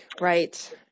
right